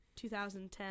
2010